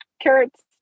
carrots